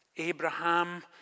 Abraham